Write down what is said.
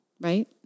Right